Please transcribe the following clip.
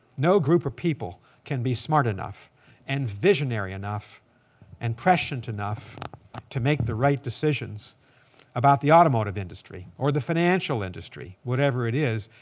no group of people can be smart enough and visionary enough and prescient enough to make the right decisions about the automotive industry or the financial industry, whatever it is.